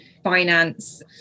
finance